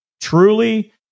truly